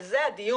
על זה הדיון,